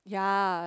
ya